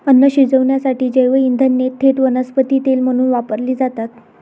अन्न शिजवण्यासाठी जैवइंधने थेट वनस्पती तेल म्हणून वापरली जातात